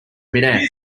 midair